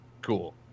cool